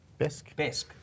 Besk